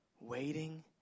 Waiting